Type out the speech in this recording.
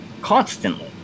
constantly